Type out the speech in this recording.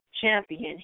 champion